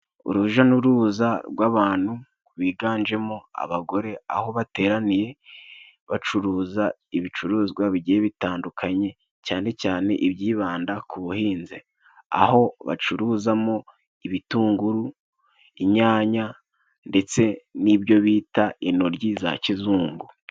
Uruja n'uruza rw'abantu biganje mo abagore, aho bateraniye bacuruza ibicuruzwa bigiye bitandukanye, cyane cyane ibyibanda ku buhinze, aho bacuruza mo ibitunguru, inyanya ndetse n'ibyo bita inoryi za kizungu.